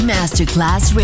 Masterclass